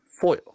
FOIL